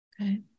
okay